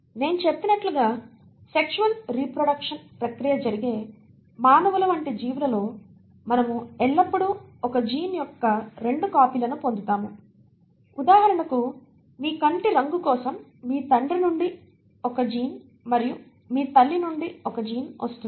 నేను చెప్పినట్లుగాసెక్షువల్ రీప్రొడెక్షన్ ప్రక్రియ జరిగే మానవుల వంటి జీవులలో మనము ఎల్లప్పుడూ ఒక జీన్ యొక్క రెండు కాపీలను పొందుతాము ఉదాహరణకు మీ కంటి రంగు కోసం మీ తండ్రి నుండి ఒక జన్యువుజీన్ మరియు మీ తల్లి నుండి ఒక జీన్ వస్తుంది